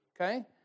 Okay